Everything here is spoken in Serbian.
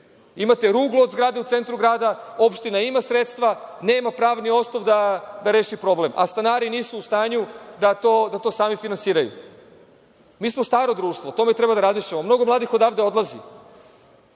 Imate ruglo od zgrade u centru grada, opština ima sredstva, ali nema pravni osnov da reši problem, dok stanari nisu u stanju da to sami finansiraju. Mi smo staro društvo. O tome treba da razmišljamo. Mnogo mladih odavde odlazi.